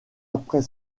après